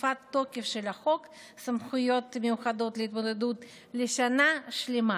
תקופת התוקף של החוק סמכויות מיוחדות להתמודדות לשנה שלמה,